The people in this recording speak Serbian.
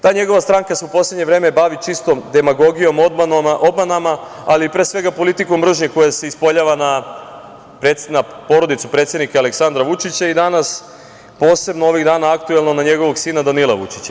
Ta njegova stranka se u poslednje vreme bavi čistom demagogijom, obmanama, ali pre svega, politikom mržnje koja se ispoljava na porodicu predsednika Aleksandra Vučića i danas, posebno ovih dana aktuelno, na njegovog sina, Danila Vučića.